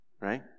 right